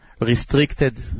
restricted